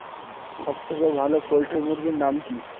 সবথেকে ভালো পোল্ট্রি মুরগির নাম কি?